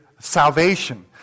salvation